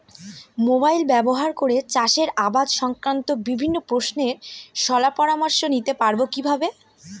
Mobile ব্যাবহার করে চাষের আবাদ সংক্রান্ত বিভিন্ন প্রশ্নের শলা পরামর্শ নিতে পারবো কিভাবে?